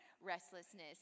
restlessness